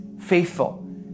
faithful